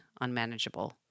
unmanageable